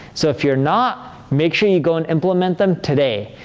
so, if you're not, make sure you go and implement them today.